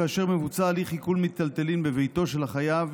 כאשר מבוצע הליך עיקול מיטלטלין בביתו של החייב,